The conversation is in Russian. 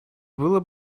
было